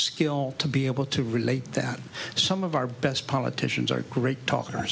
skill to be able to relate that some of our best politicians are great talker